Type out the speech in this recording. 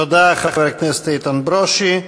תודה, חבר הכנסת איתן ברושי.